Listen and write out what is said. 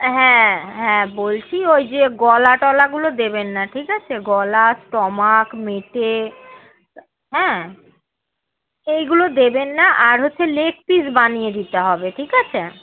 হ্যাঁ হ্যাঁ বলছি ওই যে গলা টলাগুলো দেবেন না ঠিক আছে গলা স্টমাক মেটে হ্যাঁ এইগুলো দেবেন না আর হচ্ছে লেগ পিস বানিয়ে দিতে হবে ঠিক আছে